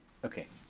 okay.